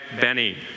Benny